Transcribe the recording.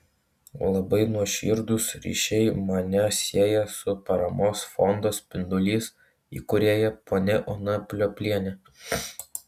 labai nuoširdūs ryšiai mane sieja su paramos fondo spindulys įkūrėja ponia ona pliopliene